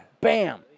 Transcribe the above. Bam